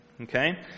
Okay